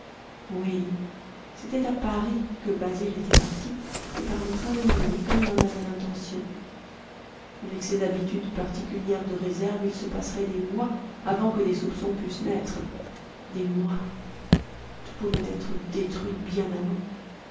oui c'était à paris que basil était parti et par le train de minuit comme il en avait l'intention avec ses habitudes particulières de réserve il se passerait des mois avant que des soupçons pussent naître des mois tout pouvait être détruit bien avant